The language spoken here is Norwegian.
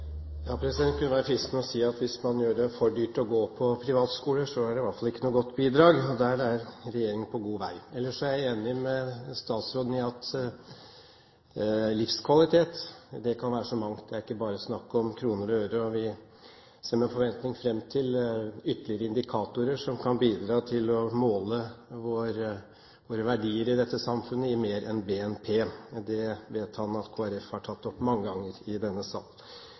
det i hvert fall ikke noe godt bidrag. Og dit er regjeringen på god vei. Ellers er jeg enig med statsråden i at livskvalitet kan være så mangt – det er ikke bare snakk om kroner og øre. Vi ser med forventning fram til ytterligere indikatorer som kan bidra til å måle våre verdier i dette samfunnet i mer enn BNP. Det vet han at Kristelig Folkeparti har tatt opp mange ganger i denne sal.